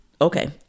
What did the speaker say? okay